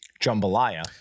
jambalaya